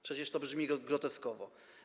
Przecież to brzmi groteskowo.